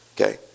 Okay